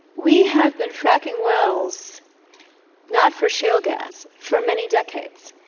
we have been fracking wells not for shale gas for many decades,